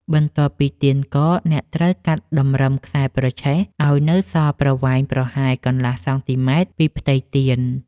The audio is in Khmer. បន្ទាប់ពីទៀនកក អ្នកត្រូវកាត់តម្រឹមខ្សែប្រឆេះឱ្យនៅសល់ប្រវែងប្រហែលកន្លះសង់ទីម៉ែត្រពីផ្ទៃទៀន។